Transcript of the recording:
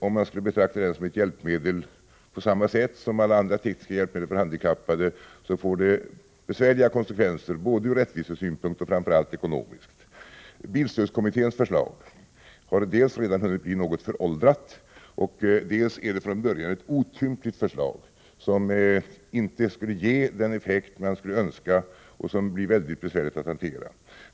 Om man skulle betrakta bilen som ett hjälpmedel på samma sätt som alla andra tekniska hjälpmedel för handikappade skulle det få besvärliga konsekvenser både ur rättvisesynpunkt och framför allt ekonomiskt sett. Bilstödskommitténs förslag har dels hunnit bli något föråldrat, dels redan från början varit ett otympligt förslag som inte skulle ge den effekt man skulle önska. Det skulle bli mycket besvärligt att hantera.